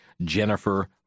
Jennifer